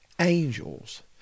angels